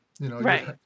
Right